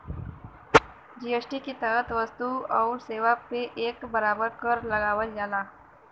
GST के तहत वस्तु आउर सेवा पे एक बराबर कर लगावल जाला